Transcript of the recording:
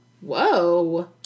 Whoa